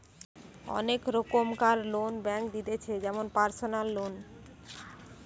অনেক রোকমকার loan bank দিতেছে যেমন পারসনাল লোন